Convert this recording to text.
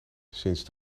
sinds